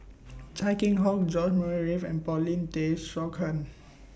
Chia Keng Hock George Murray Reith and Paulin Tay Straughan